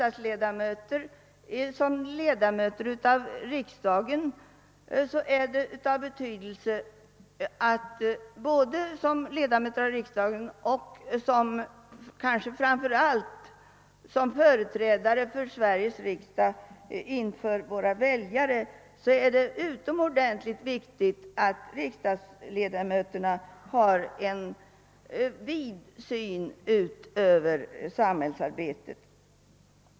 Det är av stor betydelse att vi bådesom ledamöter av riksdagen och kan-- ske framför allt som företrädare för vå-- ra väljare har en vid syn över hela samhällsarbetet.